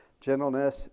gentleness